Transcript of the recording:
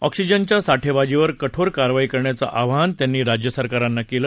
ऑक्सीजनच्या साठेबाजीवर कठोर कारवाई करण्याचं आवाहन त्यांनी राज्यसरकारांना केलं